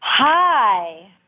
Hi